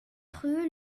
rue